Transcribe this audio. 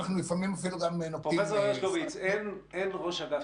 פרופ' הרשקוביץ, אין ראש אגף